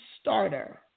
starter